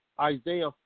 Isaiah